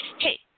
Hey